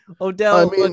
Odell